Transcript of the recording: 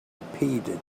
repeated